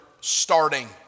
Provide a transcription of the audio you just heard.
starting